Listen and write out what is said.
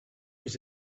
was